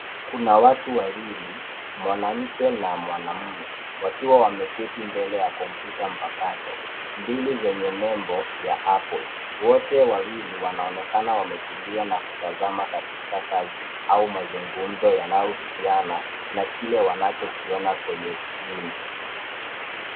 Kuna watu wawili, mwanamke na mwanamume wakiwa wameketi mbele ya kompyuta mpakato mbili zenye nembo ya cs[apple]cs. Wote wawili wanaonekana wametulia na kutazama katika kazi au mazungumzo yanayohusiana na kile wanachokiona kwenye skrini.